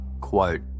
quote